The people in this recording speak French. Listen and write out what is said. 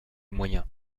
moyens